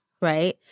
right